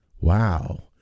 wow